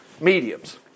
mediums